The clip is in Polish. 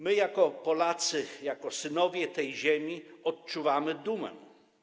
My jako Polacy, jako synowie tej ziemi, odczuwamy dumę.